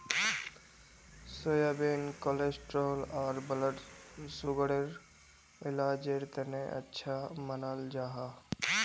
soybean cholesterol आर blood सुगरर इलाजेर तने अच्छा मानाल जाहा